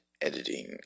editing